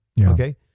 Okay